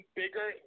bigger